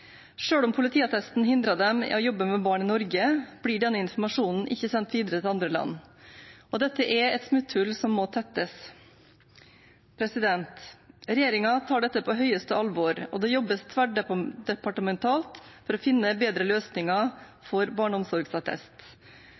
om politiattesten hindrer dem i å jobbe med barn i Norge, blir denne informasjonen ikke sendt videre til andre land. Dette er et smutthull som må tettes. Regjeringen tar dette på største alvor, og det jobbes tverrdepartementalt for å finne bedre løsninger for barneomsorgsattest.